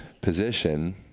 position